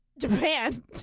Japan